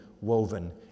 woven